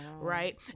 right